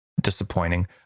disappointing